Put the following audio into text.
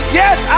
yes